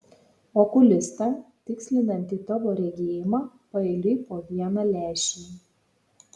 okulistą tikslinantį tavo regėjimą paeiliui po vieną lęšį